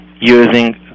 using